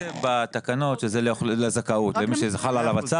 ייכתב בתקנות, שזה לזכאות, למי שהצו חל עליו.